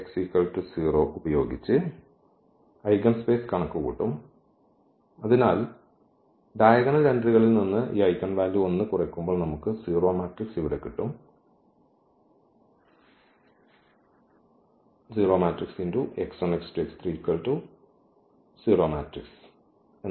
ഈ ഉപയോഗിച്ച് ഐഗൻസ്പേസ് കണക്കുകൂട്ടും അതിനാൽ ഡയഗണൽ എൻട്രികളിൽ നിന്ന് ഈ ഐഗൻവാല്യൂ 1 കുറയ്ക്കുമ്പോൾ നമുക്ക് ഈ 0 മാട്രിക്സ് ഇവിടെ കിട്ടും വീണ്ടും 0 മാട്രിക്സിന് തുല്യമാണ്